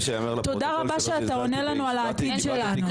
תודה רבה שאתה עונה לנו על העתיד שלנו.